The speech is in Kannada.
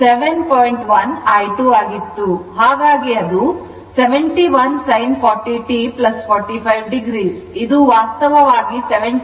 ಆದ್ದರಿಂದ ಅದು 71 sin 40 t ಇದು ವಾಸ್ತವವಾಗಿ 70